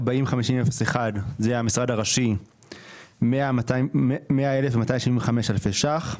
תוכנית 05-51-01 88 מיליון ו-578 אלף שקלים.